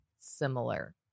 similar